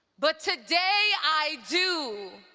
but today, i do.